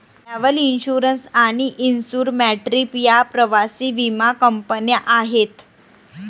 travel insurance आणि InsureMyTrip या प्रवासी विमा कंपन्या आहेत